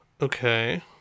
Okay